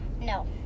No